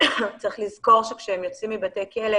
צריך לזכור שכשהם יוצאים מבתי כלא